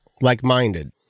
like-minded